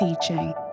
teaching